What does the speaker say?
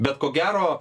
bet ko gero